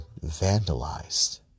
vandalized